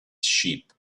sheep